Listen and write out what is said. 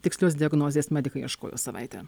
tikslios diagnozės medikai ieškojo savaitę